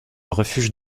refuge